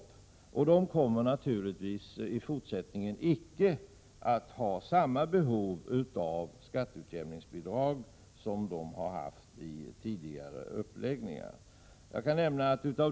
Dessa kommuner kommer naturligtvis icke i fortsättningen att ha samma behov av skatteutjämningsbidrag som de har haft tidigare.